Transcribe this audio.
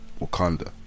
Wakanda